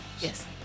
Yes